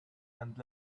and